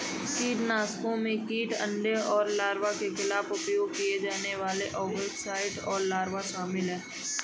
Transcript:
कीटनाशकों में कीट अंडे और लार्वा के खिलाफ उपयोग किए जाने वाले ओविसाइड और लार्वा शामिल हैं